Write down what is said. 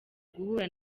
guhura